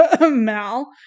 Mal